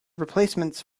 replacements